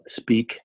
speak